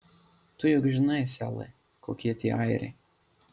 tu juk žinai selai kokie tie airiai